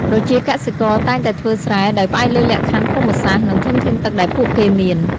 ប្រជាកសិករតែងតែធ្វើស្រែដោយផ្អែកលើលក្ខខណ្ឌភូមិសាស្ត្រ និងធនធានទឹកដែលពួកគេមាន។